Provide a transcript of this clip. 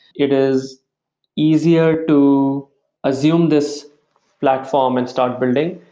it is easier to assume this platform and start building.